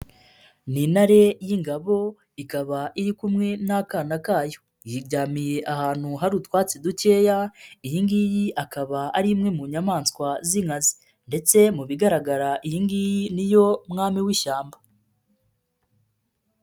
Ni intare y'ingabo ikaba iri kumwe n'akana kayo, yiryamiye ahantu hari utwatsi dukeya, iyi ngiyi akaba ari imwe mu nyamaswa z'inkazi ndetse mu bigaragara iyi ngiyi ni yo mwami w'ishyamba.